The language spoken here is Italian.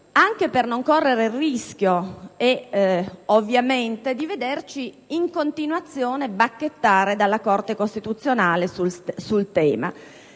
anche per non correre il rischio di vederci in continuazione bacchettare dalla Corte costituzionale sul tema.